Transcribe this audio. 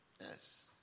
Yes